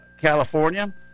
California